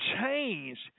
change